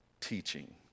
teaching